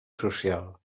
social